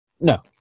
No